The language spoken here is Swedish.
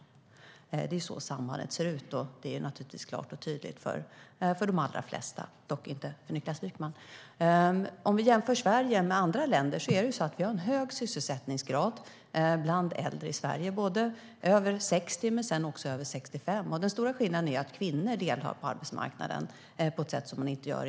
Det är så sambandet ser ut. Det är klart och tydligt för de allra flesta, dock inte för Niklas Wykman. Jämfört med andra länder har vi hög sysselsättningsgrad i Sverige bland äldre över 60 men också över 65. Den stora skillnaden är att kvinnor deltar på arbetsmarknaden på ett annat sätt än i andra länder.